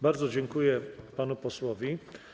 Bardzo dziękuję panu posłowi.